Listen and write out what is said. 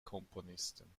komponisten